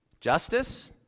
Justice